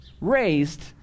raised